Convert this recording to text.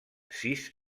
sis